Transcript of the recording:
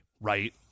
right